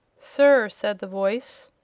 sir, said the voice,